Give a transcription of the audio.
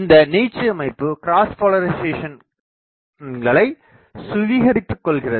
இந்த நீட்சி அமைப்புக் கிராஸ் போலரிசேசன்களை சுவீகரித்துக் கொள்கிறது